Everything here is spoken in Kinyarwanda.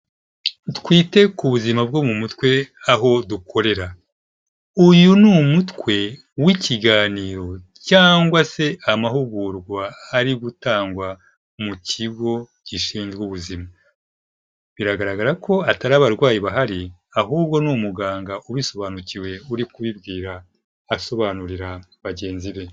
Twite ku buzima bwo mu mutwe aho dukorera. Uyu ni umutwe w'ikiganiro cyangwa se amahugurwa ari gutangwa mu kigo gishinzwe ubuzima. Biragaragara ko atari abarwayi bahari, ahubwo ni umuganga ubisobanukiwe uri kubibwira asobanurira bagenzi be.